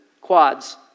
quads